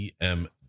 em